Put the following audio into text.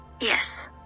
Yes